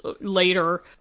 later